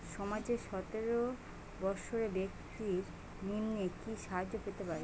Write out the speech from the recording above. সমাজের সতেরো বৎসরের ব্যাক্তির নিম্নে কি সাহায্য পেতে পারে?